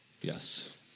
Yes